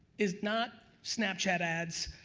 is not snapchat ads,